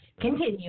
Continue